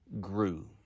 grew